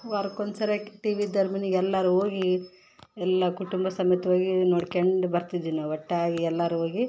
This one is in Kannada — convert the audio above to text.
ವಾರಕ್ಕೆ ಒಂದ್ಸರಿಯಾಕೆ ಟಿ ವಿ ಇದ್ದೊರ್ ಮನೆಗ್ ಎಲ್ಲರೂ ಹೋಗಿ ಎಲ್ಲ ಕುಟುಂಬ ಸಮೇತ ಹೋಗಿ ನೋಡ್ಕೆಂಡು ಬರ್ತಿದ್ವಿ ನಾವು ಒಟ್ಟಾಗಿ ಎಲ್ಲರೂ ಹೋಗಿ